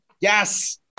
Yes